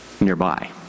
nearby